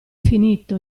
finito